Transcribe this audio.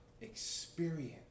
experience